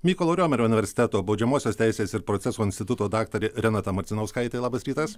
mykolo riomerio universiteto baudžiamosios teisės ir proceso instituto daktarė renata marcinauskaitė labas rytas